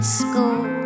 school